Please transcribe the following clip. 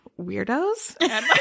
weirdos